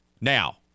Now